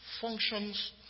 functions